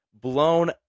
Blown